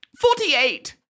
Forty-eight